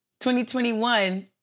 2021